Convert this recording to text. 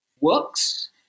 works